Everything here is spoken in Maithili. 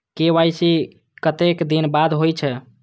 के.वाई.सी कतेक दिन बाद होई छै?